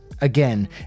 Again